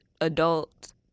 adult